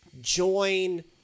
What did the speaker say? join